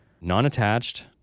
non-attached